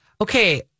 Okay